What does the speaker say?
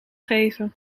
geven